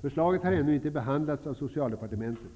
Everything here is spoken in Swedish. Förslaget har ännu inte behandlats av Socialdepartementet.